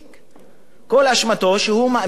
כל אשמתו שהוא מאמין בדמוקרטיה,